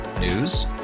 News